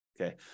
okay